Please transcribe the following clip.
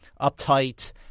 uptight